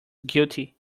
guilty